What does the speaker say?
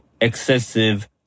excessive